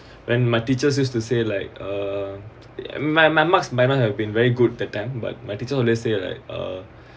like my teachers used to say like uh my my marks have been very good that time but my teacher always say like uh